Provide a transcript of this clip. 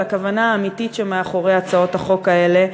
הכוונה האמיתית שמאחורי הצעות החוק האלה,